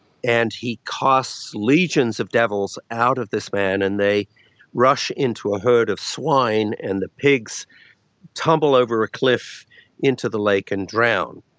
and he casts legions of devils out of this man and they rush into a herd of swine, and pigs tumble over a cliff into the lake and drown.